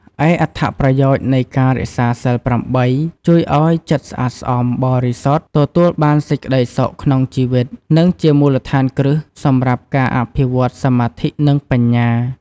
ឯអត្ថប្រយោជន៍នៃការរក្សាសីល ៨ ជួយឱ្យចិត្តស្អាតស្អំ បរិសុទ្ធ ទទួលបានសេចក្តីសុខក្នុងជីវិត និងជាមូលដ្ឋានគ្រឹះសម្រាប់ការអភិវឌ្ឍសមាធិ និងបញ្ញា។